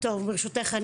ברשותך,